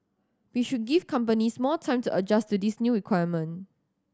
we should give companies more time to adjust to this new requirement